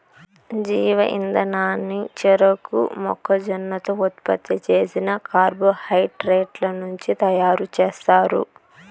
జీవ ఇంధనాన్ని చెరకు, మొక్కజొన్నతో ఉత్పత్తి చేసిన కార్బోహైడ్రేట్ల నుంచి తయారుచేస్తారు